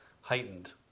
Heightened